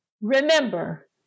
Remember